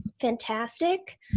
fantastic